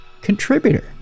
contributor